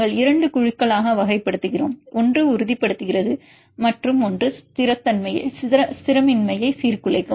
நாங்கள் 2 குழுக்களாக வகைப்படுத்துகிறோம் ஒன்று உறுதிப்படுத்துகிறது மற்றும் ஒன்று ஸ்திரமின்மையை சீர்குலைக்கும்